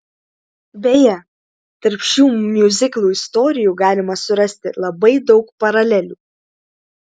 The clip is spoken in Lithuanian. beje tarp šių miuziklų istorijų galima surasti labai daug paralelių